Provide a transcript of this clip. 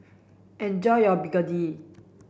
enjoy your Begedil